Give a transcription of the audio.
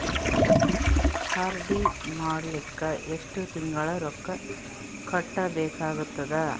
RD ಮಾಡಲಿಕ್ಕ ಎಷ್ಟು ತಿಂಗಳ ರೊಕ್ಕ ಕಟ್ಟಬೇಕಾಗತದ?